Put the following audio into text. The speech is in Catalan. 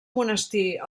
monestir